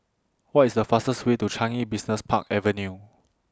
What IS The fastest Way to Changi Business Park Avenue